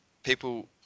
People